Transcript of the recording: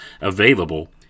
available